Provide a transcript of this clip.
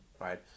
right